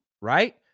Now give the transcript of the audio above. right